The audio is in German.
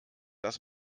dass